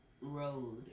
road